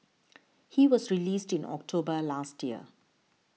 he was released in October last year